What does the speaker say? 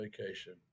vacation